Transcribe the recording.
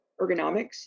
ergonomics